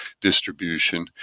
distribution